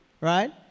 right